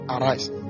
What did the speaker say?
Arise